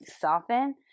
soften